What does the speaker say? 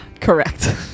Correct